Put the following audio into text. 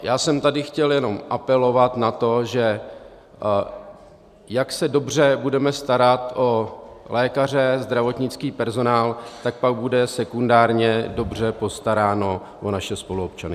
Já jsem tady chtěl jenom apelovat na to, že jak dobře se budeme starat o lékaře, zdravotnický personál, tak pak bude sekundárně dobře postaráno o naše spoluobčany.